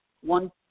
one